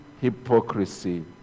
hypocrisy